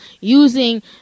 using